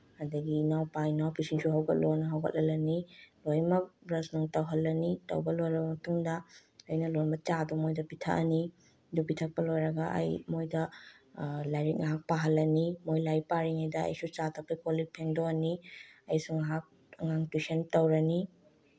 ꯑꯗꯒꯤ ꯏꯅꯥꯎꯄꯥ ꯏꯅꯥꯎꯄꯤꯁꯤꯡꯁꯨ ꯍꯧꯒꯠꯂꯣꯅ ꯍꯧꯒꯠꯍꯜꯂꯅꯤ ꯂꯣꯏꯅꯃꯛ ꯕ꯭ꯔꯁ ꯅꯨꯡ ꯇꯧꯍꯜꯂꯅꯤ ꯇꯧꯕ ꯂꯣꯏꯔꯕ ꯃꯇꯨꯡꯗ ꯑꯩꯅ ꯂꯣꯟꯕ ꯆꯥꯗꯣ ꯃꯣꯏꯗ ꯄꯤꯊꯛꯑꯅꯤ ꯑꯗꯨ ꯄꯤꯊꯛꯄ ꯂꯣꯏꯔꯒ ꯑꯩ ꯃꯣꯏꯗ ꯂꯥꯏꯔꯤꯛ ꯉꯥꯏꯍꯥꯛ ꯄꯥꯍꯜꯂꯅꯤ ꯃꯣꯏ ꯂꯥꯏꯔꯤꯛ ꯄꯥꯔꯤꯉꯩꯗ ꯑꯩꯁꯨ ꯆꯥ ꯊꯛꯄꯩ ꯀꯣꯜꯂꯤꯛ ꯐꯦꯡꯗꯣꯛꯑꯅꯤ ꯑꯩꯁꯨ ꯉꯥꯏꯍꯥꯛ ꯑꯉꯥꯡ ꯇꯨꯏꯁꯟ ꯇꯧꯔꯅꯤ